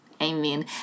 amen